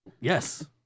Yes